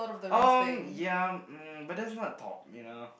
um ya um but that's not top you know